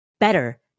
Better